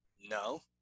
no